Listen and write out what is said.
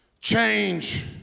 Change